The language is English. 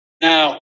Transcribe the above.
Now